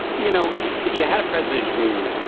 you know if you had a president who